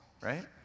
right